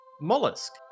mollusk